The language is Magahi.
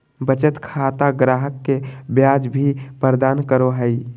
बचत खाता ग्राहक के ब्याज भी प्रदान करो हइ